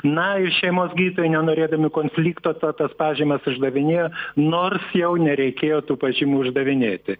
na ir šeimos gydytojai nenorėdami konflikto tas pažymas išdavinėjo nors jau nereikėjo tų pažymų išdavinėti